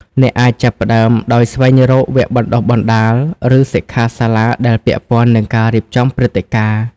អ្នកអាចចាប់ផ្តើមដោយ ស្វែងរកវគ្គបណ្ដុះបណ្ដាល ឬសិក្ខាសាលាដែលពាក់ព័ន្ធនឹងការរៀបចំព្រឹត្តិការណ៍។